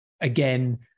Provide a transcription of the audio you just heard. again